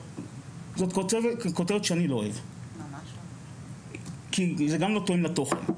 זאת כותבת שאני לא אוהב, כי זה גם לא תואם תוכן.